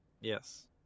Yes